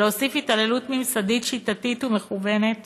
להוסיף התעללות ממסדית שיטתית ומכוונת